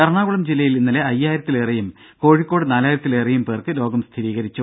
എറണാകുളം ജില്ലയിൽ ഇന്നലെ അയ്യായിരത്തിലേറെയും കോഴിക്കോട് നാലായിരത്തിലേറെയും പേർക്ക് രോഗം സ്ഥിരീകരിച്ചു